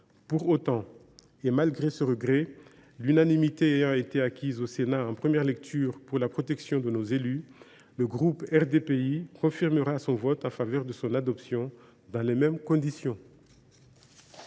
Pour autant, et malgré ce regret, l’unanimité ayant été acquise au Sénat en première lecture pour la protection de nos élus, le groupe RDPI confirmera son vote en faveur de son adoption, dans les mêmes conditions.